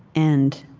and